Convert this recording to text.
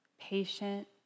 patient